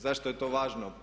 Zašto je to važno?